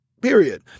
period